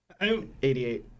88